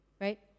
right